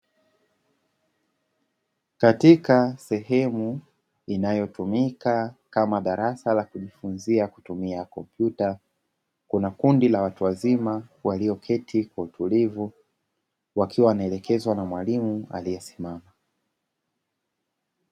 Katika sehemu inayotumika kama darasa la kujifunzia kutumia kompyuta, kuna kundi la watu wazima walioketi kwa utulivu wakiwa wanaelekezwa na mwalimu aliyesimama.